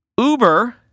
Uber